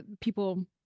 people